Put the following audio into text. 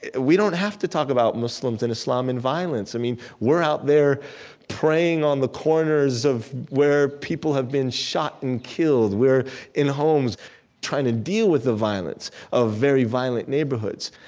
we don't have to talk about muslims and islam and violence. i mean, we're out there praying on the corners of where people have been shot and killed, where in homes trying to deal with the violence of very violent neighborhoods